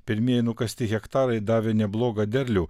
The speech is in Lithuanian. pirmieji nukasti hektarai davė neblogą derlių